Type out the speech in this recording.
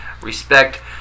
respect